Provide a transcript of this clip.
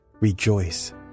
rejoice